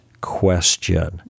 question